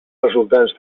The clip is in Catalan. resultants